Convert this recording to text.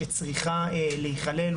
שצריכה להיכלל,